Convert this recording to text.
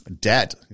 Debt